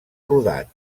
rodat